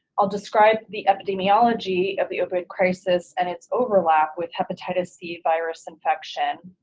i'll describe the epidemiology of the opioid crisis and its overlap with hepatitis c virus infection,